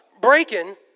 breaking